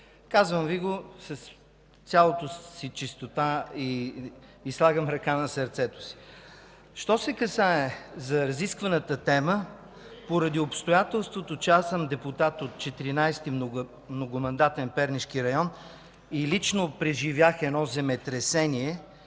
Казвам Ви го с цялата си чистота и слагам ръка на сърцето си. Що се касае до разискваната тема, поради обстоятелството, че аз съм депутат от 14. многомандатен Пернишки район и лично преживях едно земетресение,